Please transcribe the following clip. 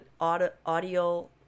audio